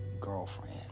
girlfriend